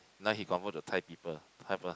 now he convert to Thai people